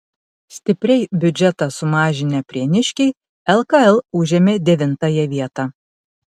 stipriai biudžetą sumažinę prieniškiai lkl užėmė devintąją vietą